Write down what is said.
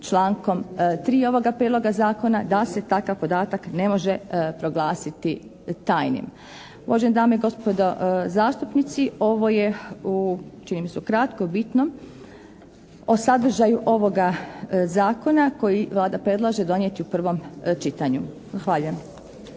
člankom 3. ovoga Prijedloga zakona da se takav podatak ne može proglasiti tajnim. Uvažene dame i gospodo zastupnici, ovo je u čini mi se u kratko bitno o sadržaju ovoga Zakona koji Vlada predlaže donijeti u prvom čitanju.